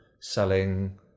selling